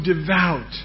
devout